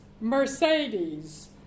Mercedes